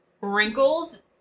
wrinkles